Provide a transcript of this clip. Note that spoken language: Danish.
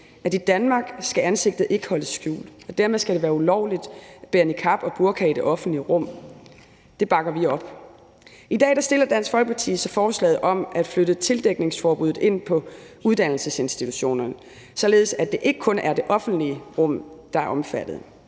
at i Danmark skal ansigtet ikke holdes skjult, og dermed skal det være ulovligt at bære niqab og burka i det offentlige rum. Det bakker vi op. I dag behandler vi så et forslag fra Dansk Folkeparti om at flytte tildækningsforbuddet ind på uddannelsesinstitutionerne, således at det ikke kun er det offentlige rum, der er omfattet.